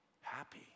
happy